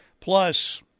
Plus